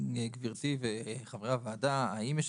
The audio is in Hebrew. נניח הושת